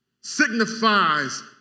signifies